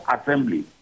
assembly